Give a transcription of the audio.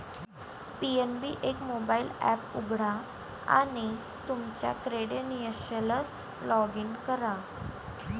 PNB एक mobile app उघडा आणि तुमच्या क्रेडेन्शियल्ससह लॉग इन करा